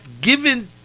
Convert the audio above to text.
given